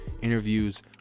interviews